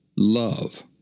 Love